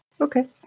okay